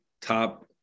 top